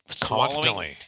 constantly